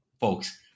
folks